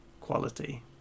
quality